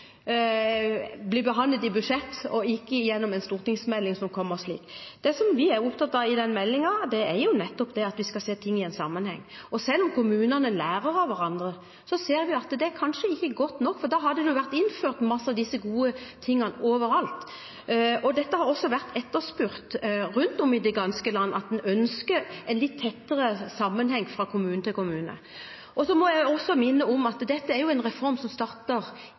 og ikke gjennom en stortingsmelding. Det vi er opptatt av i den meldingen, er nettopp at vi skal se ting i en sammenheng. Selv om kommunene lærer av hverandre, ser vi at det kanskje ikke er godt nok, for da hadde mange av disse gode tingene vært innført overalt. Dette har også vært etterspurt rundt om i det ganske land – en ønsker en litt tettere sammenheng fra kommune til kommune. Så må jeg også minne om at dette er en reform som